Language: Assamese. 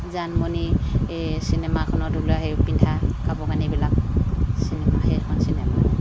জানমণি এই চিনেমাখনত ওলোৱা সেই পিন্ধা কাপোৰ কানিবিলাক চিনেমা সেইখন চিনেমাত